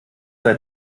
sei